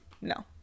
No